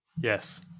Yes